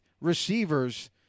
receivers